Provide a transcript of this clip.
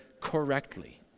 correctly